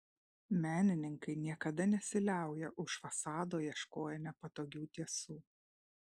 menininkai niekada nesiliauja už fasado ieškoję nepatogių tiesų